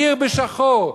עיר בשחור,